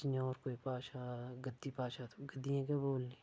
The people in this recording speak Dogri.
जियां होर कोई भाशा गद्दी भाशा गद्दियें गै बोलनी